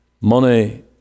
Money